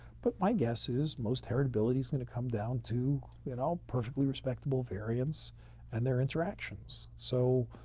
but my guess is, most heritability is going to come down to, you know, perfectly respectable variants and their interactions. so,